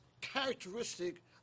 characteristic